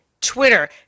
Twitter